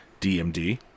DMD